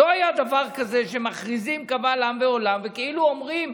לא היה דבר כזה שמכריזים קבל עם ועולם וכאילו אומרים,